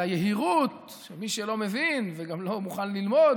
על היהירות מי שלא מבין וגם לא מוכן ללמוד,